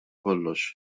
kollox